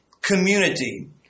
community